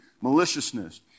maliciousness